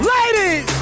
Ladies